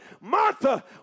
Martha